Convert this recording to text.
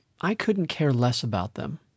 I-couldn't-care-less-about-them